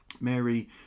Mary